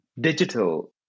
digital